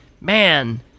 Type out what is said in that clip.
man